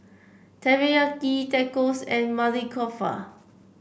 Teriyaki Tacos and Maili Kofta